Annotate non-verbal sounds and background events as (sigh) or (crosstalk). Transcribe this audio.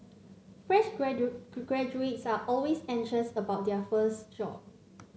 fresh (unintelligible) graduates are always anxious about their first job